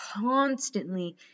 constantly